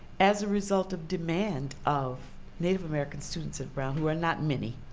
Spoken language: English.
as a result of demand of native american students at brown, who are not many,